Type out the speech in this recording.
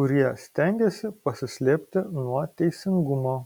kurie stengiasi pasislėpti nuo teisingumo